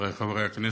חברי חברי הכנסת,